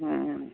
हाँ